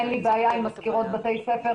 אין לי בעיה עם מזכירות בתי הספר,